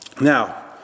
Now